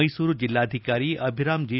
ಮೈಸೂರು ಜಿಲ್ಲಾಧಿಕಾರಿ ಅಭಿರಾಂ ಜಿ